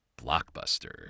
Blockbuster